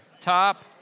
Top